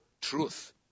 truth